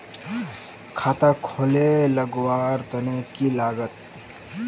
खाता खोले लगवार तने की लागत?